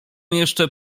jeszcze